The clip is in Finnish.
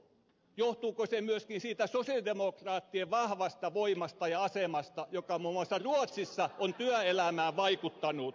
johtuuko se myöskin siitä sosialidemokraattien vahvasta voimasta ja asemasta joka muun muassa ruotsissa on työelämään vaikuttanut kysyn vain